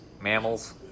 mammals